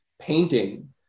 painting